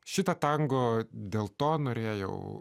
šitą tango dėl to norėjau